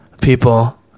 people